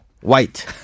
white